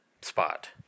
spot